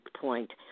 point